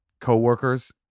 coworkers